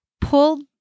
pulled